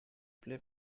play